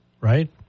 right